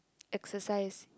exercise